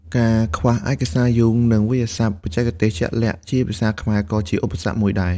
ការខ្វះឯកសារយោង និងវាក្យសព្ទបច្ចេកទេសជាក់លាក់ជាភាសាខ្មែរ ក៏ជាឧបសគ្គមួយដែរ។